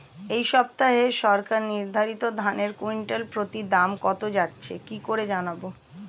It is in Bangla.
এই সপ্তাহে সরকার নির্ধারিত ধানের কুইন্টাল প্রতি দাম কত যাচ্ছে কি করে জানবো?